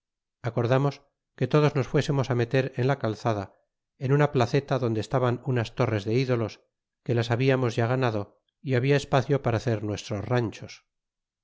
acordamos que todos nos fuésemos á meter en la calzada en una placeta donde estaban unas torres de ídolos que las hablamos ya ganado y habla espacio para hacer nuestros ranchos